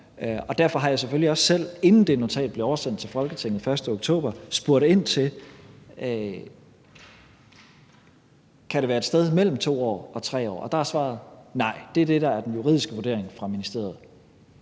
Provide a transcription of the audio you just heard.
Derfor har jeg selvfølgelig også selv, inden det notat blev oversendt til Folketinget den 1. oktober, spurgt ind til, om det kan være et sted mellem 2 år og 3 år. Der er svaret nej. Det er det, der er ministeriets juridiske vurdering. Kl.